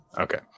Okay